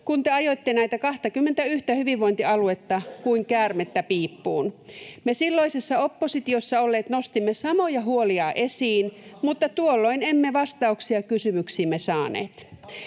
kun te ajoitte näitä 21:tä hyvinvointialuetta kuin käärmettä piippuun. Me silloisessa oppositiossa olleet nostimme samoja huolia esiin, mutta tuolloin emme vastauksia kysymyksiimme saaneet.